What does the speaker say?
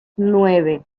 nueve